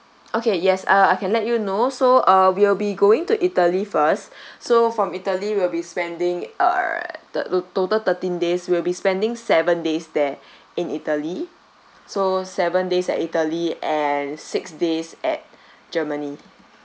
okay yes uh I can let you know so uh we will be going to italy first so from italy will be spending err the total thirteen days will be spending seven days there in italy so seven days at italy and six days at germany